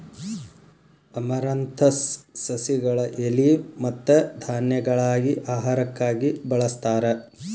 amaranthus ಸಸಿಗಳ ಎಲಿ ಮತ್ತ ಧಾನ್ಯಗಳಾಗಿ ಆಹಾರಕ್ಕಾಗಿ ಬಳಸ್ತಾರ